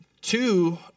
two